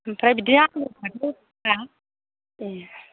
ओमफ्राय बिदिनो ए